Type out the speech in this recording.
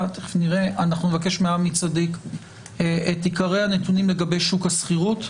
אז לאחר מכן נבקש מעמי צדיק את עיקרי הנתונים לגבי שוק השכירות.